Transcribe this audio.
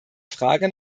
frage